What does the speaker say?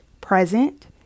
present